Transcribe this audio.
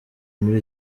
muri